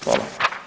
Hvala.